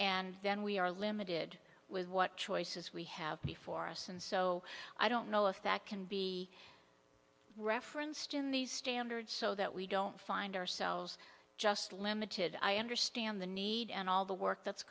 and then we are limited with what choices we have before us and so i don't know if that can be referenced in these standards so that we don't find ourselves just limited i understand the need and all the work that's